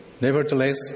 nevertheless